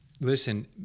listen